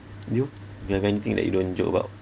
you do you have anything that you don't joke about